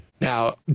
Now